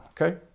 Okay